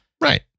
Right